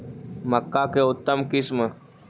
मक्का के उतम किस्म?